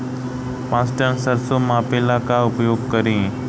पाँच टन सरसो मापे ला का उपयोग करी?